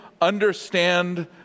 understand